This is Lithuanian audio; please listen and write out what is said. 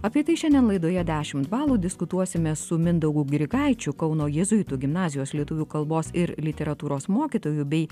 apie tai šiandien laidoje dešimt balų diskutuosime su mindaugu grigaičiu kauno jėzuitų gimnazijos lietuvių kalbos ir literatūros mokytoju bei